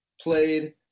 played